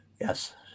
Yes